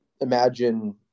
imagine